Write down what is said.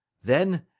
then,